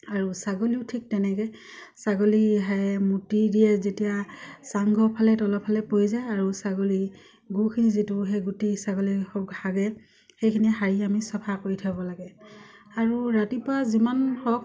আৰু ছাগলীও ঠিক তেনেকে ছাগলী হেয়ে মূতি দিয়ে যেতিয়া চাংঘৰ ফালে তলৰ ফালে পৰি যায় আৰু ছাগলী গোখিনি যিটো সেই গুটি ছাগলী হওক হাগে সেইখিনি সাৰি আমি চফা কৰি থ'ব লাগে আৰু ৰাতিপুৱা যিমান হওক